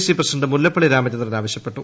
C president Mullappally Ramachandran ആവശ്യപ്പെട്ടു